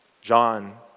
John